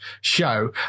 show